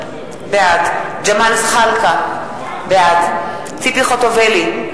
בעד ג'מאל זחאלקה, בעד ציפי חוטובלי,